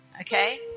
okay